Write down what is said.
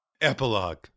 Epilogue